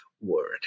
word